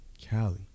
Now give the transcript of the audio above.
Cali